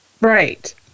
Right